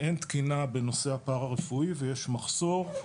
אין תקינה בנושא הפרא הרפואי ויש מחסור,